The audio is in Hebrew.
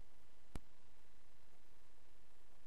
ישראל